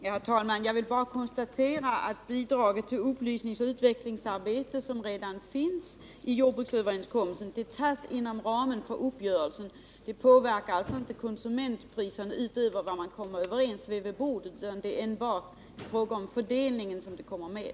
Herr talman! Jag vill bara konstatera att bidraget till upplysningsoch utvecklingsarbete tas inom ramen för jordbruksuppgörelsen och alltså inte påverkar konsumentpriserna utöver vad man kommer överens om vid bordet. Det är enbart i fråga om fördelningen detta kommer med.